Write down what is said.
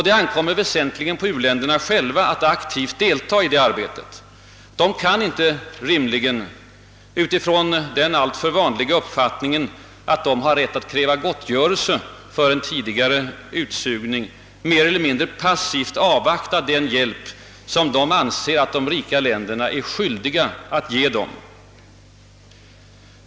Det ankommer väsentligen på u-länderna själva att aktivt deltaga i det arbetet. De kan inte rimligen utifrån den alltför vanliga uppfattningen, att de har rätt att kräva gottgörelse för en tidigare utsugning, mer eller mindre passivt avvakta den bjälp som de anser att de rika länderna är skyldiga att ge dem.